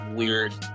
weird